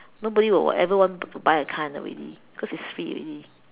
nobody would ever want to buy a car already because it's free already